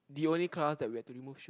the only class that we had to remove shoe